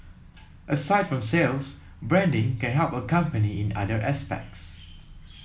aside from sales branding can help a company in other aspects